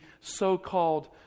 so-called